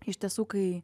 iš tiesų kai